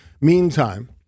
meantime